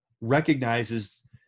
recognizes